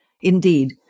Indeed